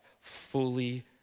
fully